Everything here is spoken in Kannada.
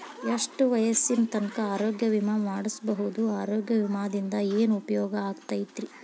ಎಷ್ಟ ವಯಸ್ಸಿನ ತನಕ ಆರೋಗ್ಯ ವಿಮಾ ಮಾಡಸಬಹುದು ಆರೋಗ್ಯ ವಿಮಾದಿಂದ ಏನು ಉಪಯೋಗ ಆಗತೈತ್ರಿ?